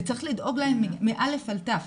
צריך לדאוג להם מא' עד ת'.